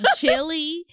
chili